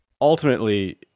ultimately